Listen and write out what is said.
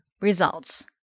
results